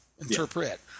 Interpret